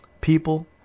people